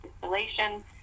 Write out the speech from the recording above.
distillation